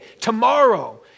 tomorrow